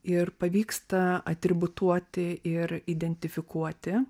ir pavyksta atributuoti ir identifikuoti